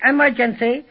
Emergency